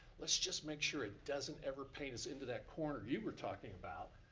let's just make sure it doesn't ever paint us into that corner you were talking about.